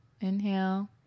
Inhale